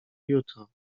jutro